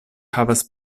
havas